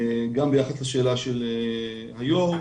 גם ביחס לשאלה של יושבת הראש,